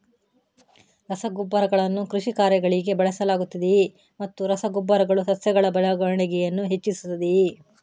ರಸಗೊಬ್ಬರಗಳನ್ನು ಕೃಷಿ ಕಾರ್ಯಗಳಿಗೆ ಬಳಸಲಾಗುತ್ತದೆಯೇ ಮತ್ತು ರಸ ಗೊಬ್ಬರಗಳು ಸಸ್ಯಗಳ ಬೆಳವಣಿಗೆಯನ್ನು ಹೆಚ್ಚಿಸುತ್ತದೆಯೇ?